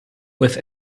with